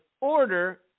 order